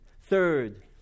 Third